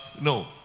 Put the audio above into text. no